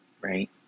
Right